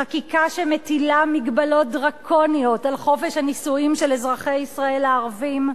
חקיקה שמטילה מגבלות דרקוניות על חופש הנישואים של אזרחי ישראל הערבים,